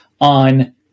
on